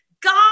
God